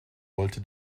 wollte